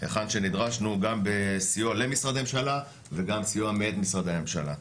היכן שנדרשנו גם בסיוע למשרדי ממשלה וגם בסיוע מאת משרדי הממשלה.